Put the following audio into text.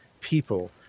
people